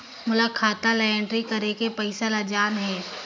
मोला खाता ला एंट्री करेके पइसा ला जान हे?